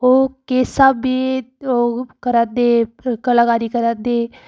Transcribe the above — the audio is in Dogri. ओह् किश साह्बै दे ओह् करै दे कलाकारी करै दे